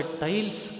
tiles